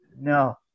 no